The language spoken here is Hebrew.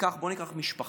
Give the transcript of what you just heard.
בוא ניקח משפחה.